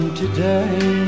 today